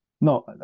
No